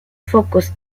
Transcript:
focos